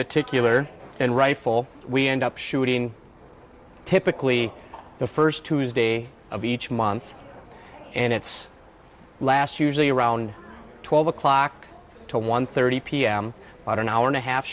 particular and rifle we end up shooting typically the first tuesday of each month and it's last usually around twelve o'clock to one thirty pm on an hour and a half